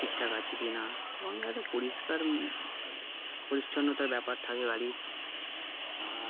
ঠিক ঠাক আছে কি না এবং এটা পরিষ্কার পরিচ্ছন্নতার ব্যাপার থাকে গাড়ির আর